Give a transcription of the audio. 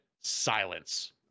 Silence